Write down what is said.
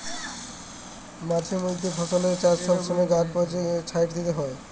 মাঝে মইধ্যে ফল চাষের ছময় গাহাচকে ছাঁইটতে হ্যয়